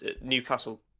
Newcastle